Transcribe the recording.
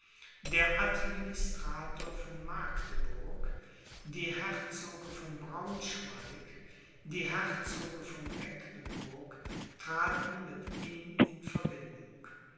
der administrator von magdeburg die herzoge von braunschweig die herzoge von mecklenburg traten mit ihm in verbindung